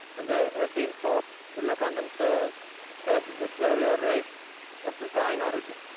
and they have been taught to look on themselves as a superior race of divine origin.